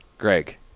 Greg